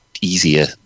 easier